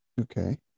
Okay